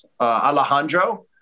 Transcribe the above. Alejandro